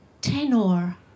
tenor